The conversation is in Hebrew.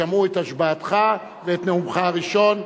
שמעו את השבעתך ואת נאומך הראשון.